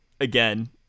again